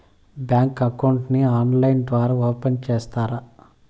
Bank account ని online ద్వారా open సేస్తారా?